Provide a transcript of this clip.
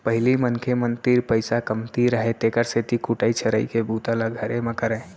पहिली मनखे मन तीर पइसा कमती रहय तेकर सेती कुटई छरई के बूता ल घरे म करयँ